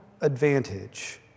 advantage